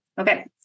Okay